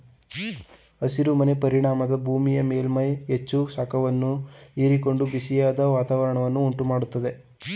ಹಸಿರು ಮನೆ ಪರಿಣಾಮದಿಂದ ಭೂಮಿಯ ಮೇಲ್ಮೈ ಹೆಚ್ಚು ಶಾಖವನ್ನು ಹೀರಿಕೊಂಡು ಬಿಸಿಯಾದ ವಾತಾವರಣವನ್ನು ಉಂಟು ಮಾಡತ್ತದೆ